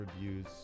reviews